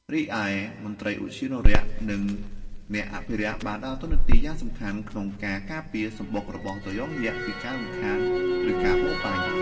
រីឯមន្ត្រីឧទ្យានុរក្ស និង អ្នកអភិរក្ស បានដើរតួនាទីយ៉ាងសំខាន់ក្នុងការការពារសម្បុករបស់ត្រយងយក្សពីការរំខាន ឬការបរបាញ់។